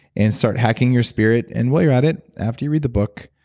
and start hacking your spirit. and while you're at it, after you read the book,